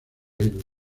ilustres